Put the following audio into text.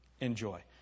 Enjoy